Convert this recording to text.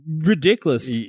ridiculous